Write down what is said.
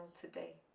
today